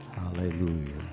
Hallelujah